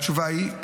התשובה היא,